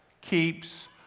keeps